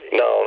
no